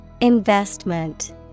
Investment